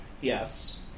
Yes